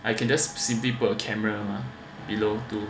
I can just simply put a camera mah below to